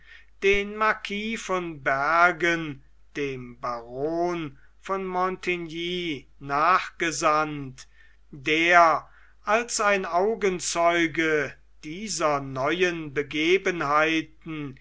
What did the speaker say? den marquis von bergen dem baron von montigny nachgesandt der als ein augenzeuge dieser neuen begebenheiten